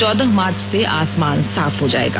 चौदह मार्च से आसमान साफ हो जाएगा